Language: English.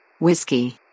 Whiskey